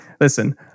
listen